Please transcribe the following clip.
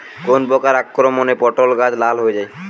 কোন প্রকার আক্রমণে পটল গাছ লাল হয়ে যায়?